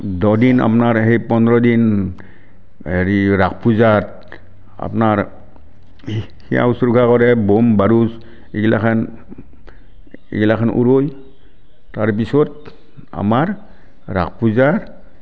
দহ দিন আপনাৰ সেই পোন্ধৰ দিন হেৰি ৰাস পূজাত আপোনাৰ সেয়া উছৰ্গা কৰে বোম বাৰুদ এইগিলাখান এইগিলাখান উৰায় তাৰপিছত আমাৰ ৰাস পূজা